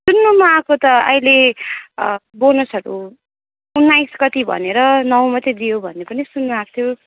सुन्नुमा आएको त अहिले बोनसहरू उन्नाइस कति भनेर नौ मात्रै दियो भन्ने पनि सुन्नु आएको थियो